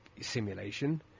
simulation